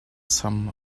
sam